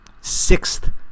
sixth